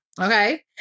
Okay